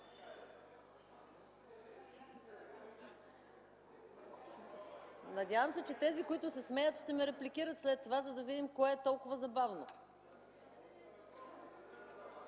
Надявам се, че тези, които се смеят, ще ме репликират след това, за да видим кое е толкова забавно.